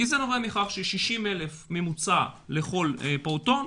כי זה נובע מכך ש-60,000 בממוצע לכל פעוטון,